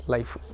Life